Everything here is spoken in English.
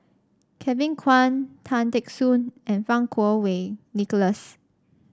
Kevin Kwan Tan Teck Soon and Fang Kuo Wei Nicholas